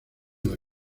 las